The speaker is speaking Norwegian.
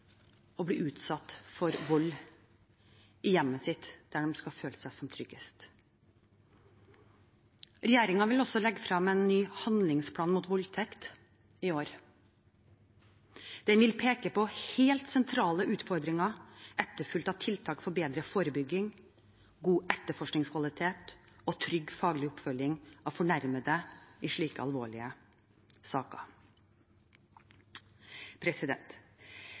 å bli utsatt for vold i hjemmet sitt – der de skal føle seg tryggest. Regjeringen vil også legge frem en ny handlingsplan mot voldtekt i år. Den vil peke på helt sentrale utfordringer etterfulgt av tiltak for bedre forebygging, god etterforskningskvalitet og trygg faglig oppfølging av fornærmede i slike alvorlige saker.